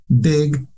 big